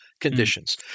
conditions